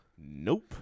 Nope